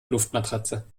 luftmatratze